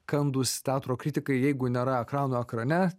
kandūs teatro kritikai jeigu nėra ekrano ekrane